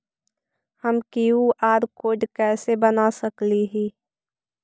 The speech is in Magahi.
हम कियु.आर कोड कैसे बना सकली ही?